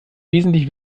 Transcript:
wesentlich